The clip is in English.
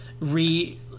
re